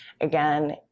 Again